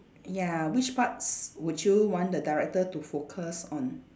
ya which parts would you want the director to focus on